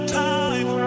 time